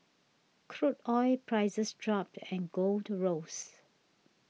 crude oil prices dropped and gold rose